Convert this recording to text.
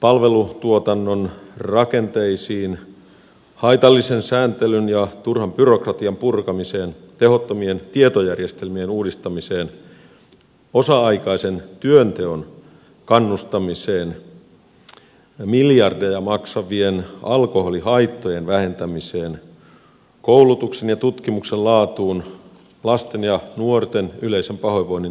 palvelutuotannon rakenteisiin haitallisen sääntelyn ja turhan byrokratian purkamiseen tehottomien tietojärjestelmien uudistamiseen osa aikaisen työnteon kannustamiseen ja miljardeja maksavien alkoholihaittojen vähentämiseen koulutuksen ja tutkimuksen laatuun lasten ja nuorten yleisen pahoinvoinnin torjuntaan ja niin edelleen